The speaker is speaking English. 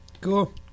Cool